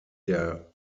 der